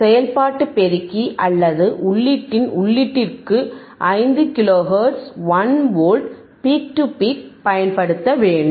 செயல்பாட்டு பெருக்கி அல்லது உள்ளீட்டின் உள்ளீட்டிற்கு 5 kilo hertz 1 volt peak to peak பயன்படுத்த வேண்டும்